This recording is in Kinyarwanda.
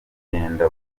kugenda